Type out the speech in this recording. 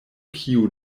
kiu